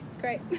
Great